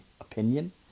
opinion